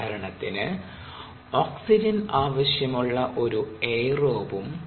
ഉദാഹരണത്തിന് ഓക്സിജൻ ആവശ്യമുള്ള ഒരു എയറോബും